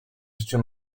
życiu